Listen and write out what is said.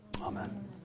Amen